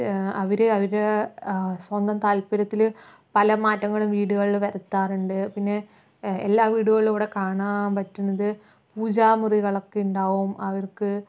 അവര് അവരെ സ്വന്തം താല്പര്യത്തിൽ പല മാറ്റങ്ങളും വീടുകളിൽ വരുത്താറുണ്ട് പിന്നെ എല്ലാ വീടുകളിലും ഇവിടെ കാണാൻ പറ്റണത് പൂജാമുറികൾ ഒക്കെ ഉണ്ടാവും അവർക്ക്